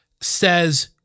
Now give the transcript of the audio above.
says